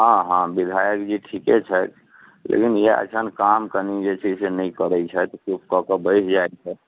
हँ हँ विधायक जी ठीके छथि लेकिन इएह छनि काम कनि जे छै से नहि करैत छथि किछु कऽ कऽ बढ़ि जाइत छथि